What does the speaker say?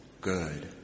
good